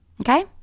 okay